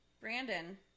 Brandon